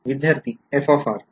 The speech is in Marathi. विध्यार्थी f